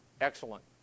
Excellent